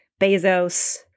Bezos